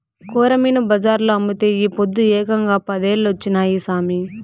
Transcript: కొరమీను బజార్లో అమ్మితే ఈ పొద్దు ఏకంగా పదేలొచ్చినాయి సామి